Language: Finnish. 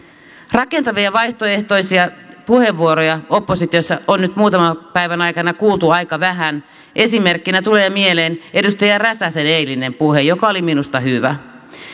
rakentavia vaihtoehtoisia puheenvuoroja oppositiossa on nyt muutaman päivän aikana kuultu aika vähän esimerkkinä tulee mieleen edustaja räsäsen eilinen puhe joka oli minusta hyvä